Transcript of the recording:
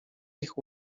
ich